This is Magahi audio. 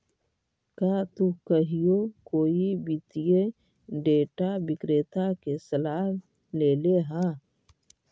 का तु कहियो कोई वित्तीय डेटा विक्रेता के सलाह लेले ह?